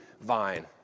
vine